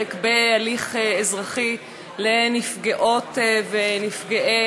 נזק בהליך אזרחי לנפגעות ונפגעי